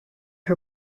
her